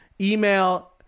email